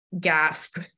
gasp